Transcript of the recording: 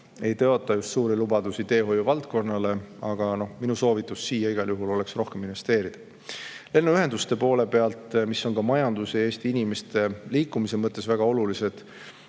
ei tõota just suuri lubadusi teehoiuvaldkonnale. Aga minu soovitus igal juhul oleks rohkem siia investeerida. Lennuühenduste poole pealt, mis on ka majanduse ja Eesti inimeste liikumise mõttes väga olulised,